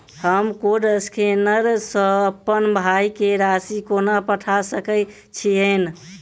हम code scanner सँ अप्पन भाय केँ राशि कोना पठा सकैत छियैन?